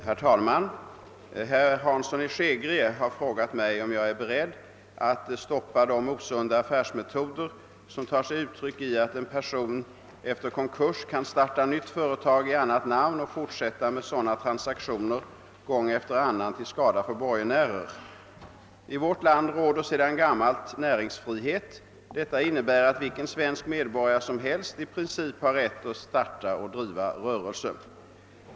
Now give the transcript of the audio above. Herr talman! Herr Hansson i Skegrie har frågat mig om jag är beredd att stoppa de osunda affärsmetoder som tar sig uttryck i att en person efter konkurs kan starta nytt företag i annat namn och fortsätta med sådana transaktioner gång efter annan till skada för borgenärer. I vårt land råder sedan gammalt näringsfrihet. Detta innebär att vilken svensk medborgare som helst i princip har rätt att starta och driva rörelse.